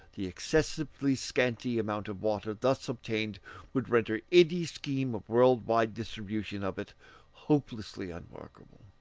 the excessively scanty amount of water thus obtained would render any scheme of world-wide distribution of it hopelessly unworkable.